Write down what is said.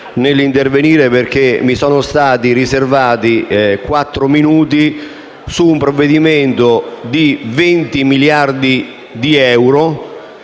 nell'intervenire, perché mi sono stati riservati quattro minuti su un provvedimento di 20 miliardi di euro